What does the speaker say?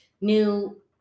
new